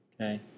Okay